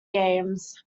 games